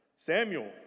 Samuel